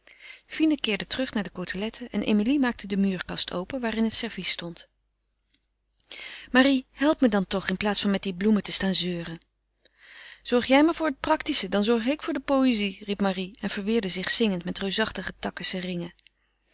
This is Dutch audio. fine keerde terug naar de coteletten en emilie maakte de muurkast open waarin het servies stond marie help me dan toch in plaats van met die bloemen te staan zeuren zorg jij maar voor het practische dan zorg ik voor de poëzie riep marie en verweerde zich zingend met reusachtige takken seringen